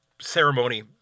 ceremony